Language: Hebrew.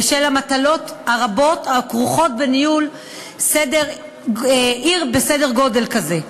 בשל המטלות הרבות הכרוכות בניהול עיר בסדר גודל כזה.